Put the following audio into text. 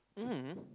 mmhmm